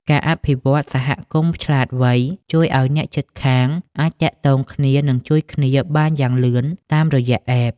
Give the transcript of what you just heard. ការអភិវឌ្ឍ "សហគមន៍ឆ្លាតវៃ" ជួយឱ្យអ្នកជិតខាងអាចទាក់ទងគ្នា និងជួយគ្នាបានយ៉ាងលឿនតាមរយៈ App ។